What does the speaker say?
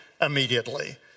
immediately